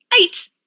Eight